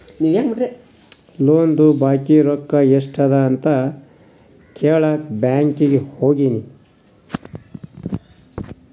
ಲೋನ್ದು ಬಾಕಿ ರೊಕ್ಕಾ ಎಸ್ಟ್ ಅದ ಅಂತ ಕೆಳಾಕ್ ಬ್ಯಾಂಕೀಗಿ ಹೋಗಿನಿ